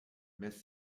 miss